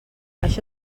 això